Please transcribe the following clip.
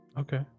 Okay